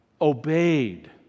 obeyed